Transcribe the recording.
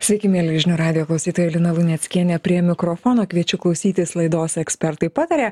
sveiki mieli žinių radijo klausytojai lina luneckienė prie mikrofono kviečiu klausytis laidos ekspertai pataria